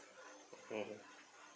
mmhmm